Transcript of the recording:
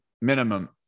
minimum